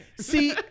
See